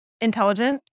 intelligent